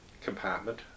compartment